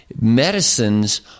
Medicines